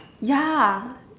ya